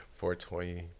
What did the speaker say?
420